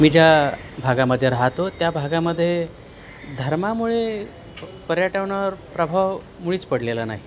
मी ज्या भागामध्ये राहतो त्या भागामध्ये धर्मामुळे पर्यटनावर प्रभाव मुळीच पडलेला नाही